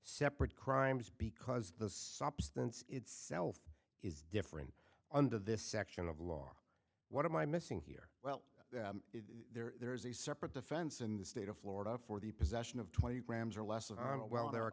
separate crimes because the substance itself is different under this section of law what am i missing here well there is a separate defense in the state of florida for the possession of twenty grams or less of a well there are